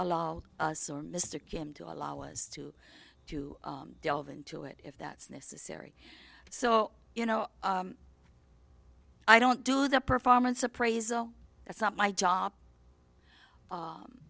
allow us or mr kim to allow us to to delve into it if that's necessary so you know i don't do the performance appraisal that's not my